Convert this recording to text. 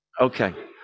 Okay